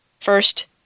First